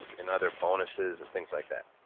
and other bonuses and things like that.